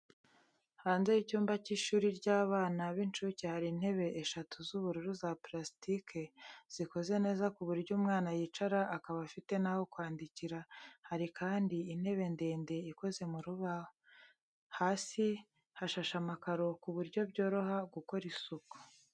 Hanze y'icyumba cy’ishuri ry'abana b’incuke hari intebe eshatu z'ubururu za purasitike zikoze neza ku buryo umwana yicara akaba afite naho kwandikira, hari kandi intebe ndende ikoze mu rubaho. Hasi hashashe amakaro ku buryo byoroha gukora isuku.